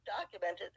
documented